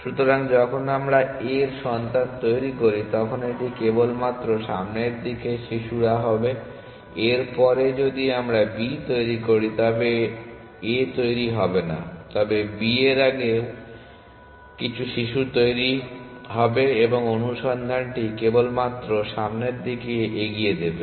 সুতরাং যখন আমরা a এর সন্তান তৈরি করি তখন এটি কেবলমাত্র সামনের দিকের শিশুরা হবে a এর পরে যদি আমরা b তৈরি করি তবে a তৈরি হবে না তবে b এর আরও কিছু শিশু তৈরি হবে এবং অনুসন্ধানটি কেবলমাত্র সামনের দিকে এগিয়ে দেবে